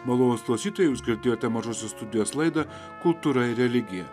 malonūs klausytojai jūs girdėjote mažosios studijos laidą kultūra ir religija